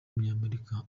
w’umunyamerika